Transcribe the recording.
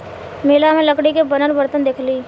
मेला में लकड़ी के बनल बरतन देखनी